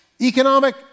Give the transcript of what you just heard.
economic